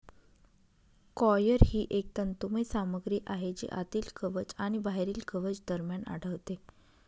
coir ही एक तंतुमय सामग्री आहे जी आतील कवच आणि बाहेरील कवच दरम्यान आढळते